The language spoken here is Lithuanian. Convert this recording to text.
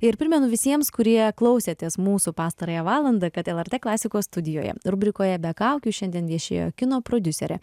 ir primenu visiems kurie klausėtės mūsų pastarąją valandą kad lrt klasikos studijoje rubrikoje be kaukių šiandien viešėjo kino prodiuserė